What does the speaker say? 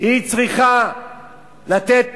צריכה לתת